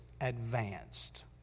advanced